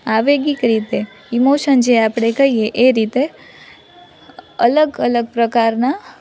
આવેગિક રીતે ઇમોશન જે આપણે કહીએ એ રીતે અલગ અલગ પ્રકારના